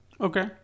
Okay